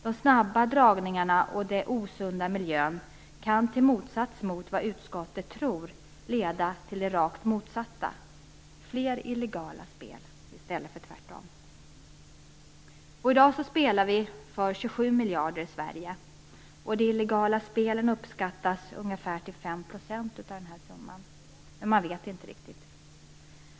De snabba dragningarna och den osunda miljön kan i motsats till vad utskottet tror leda till det rakt motsatta, dvs. fler illegala spel i stället för tvärtom. I dag spelar vi för 27 miljarder kronor i Sverige, och de illegala spelen uppskattas till ungefär 5 % av denna summa, men man vet inte riktigt.